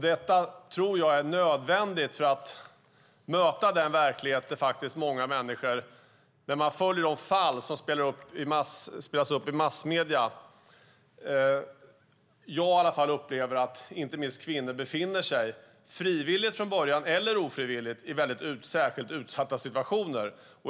Detta är nödvändigt för att möta den verklighet där vi kan följa de fall som spelas upp i massmedierna. Jag upplever att inte minst kvinnor befinner sig, frivilligt eller ofrivilligt, i särskilt utsatta situationer.